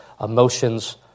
emotions